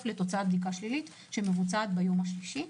לתוצאת בדיקה שלילית שמבוצעת ביום השלישי.